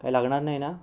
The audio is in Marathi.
काही लागणार नाही ना